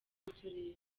n’uturere